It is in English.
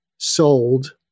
Sold